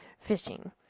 fishing